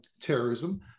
terrorism